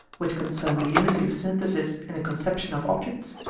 which concern the unity of synthesis in the conception of objects,